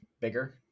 bigger